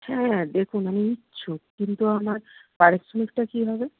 হ্যাঁ দেখুন আমি ইচ্ছুক কিন্তু আমার পারিশ্রমিকটা কী হবে